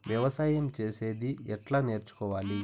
వ్యవసాయం చేసేది ఎట్లా నేర్చుకోవాలి?